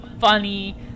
funny